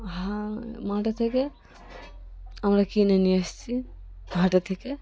হা মাঠের থেকে আমরা কিনে নিয়ে এসেছি হাটের থেকে